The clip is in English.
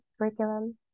curriculum